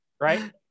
right